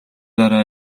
дараа